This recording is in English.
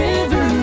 River